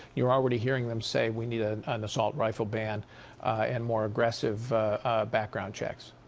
you're already hearing them say we need ah and assault-rifle ban and more aggressive background checks?